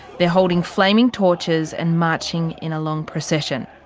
they're holding flaming torches and marching in a long procession.